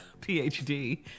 PhD